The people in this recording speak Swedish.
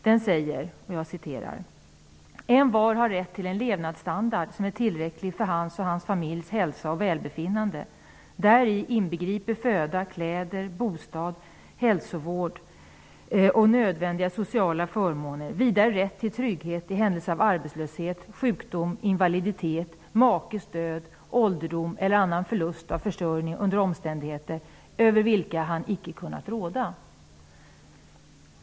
Den säger: ''Envar har rätt till en levnadsstandard, som är tillräcklig för hans och hans familjs hälsa och välbefinnande, däri inbegripet föda, kläder, bostad, hälsovård och nödvändiga sociala förmåner, vidare rätt till trygghet i händelse av arbetslöshet, sjukdom, invaliditet, makes död, ålderdom eller annan förlust av försörjning under omständigheter, över vilka han icke kunnat råda.''